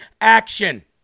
action